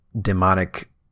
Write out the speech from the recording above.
demonic